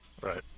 Right